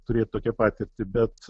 turėt tokią patirtį bet